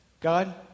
God